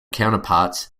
counterparts